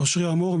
אושרי אמור,